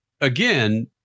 again